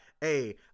hey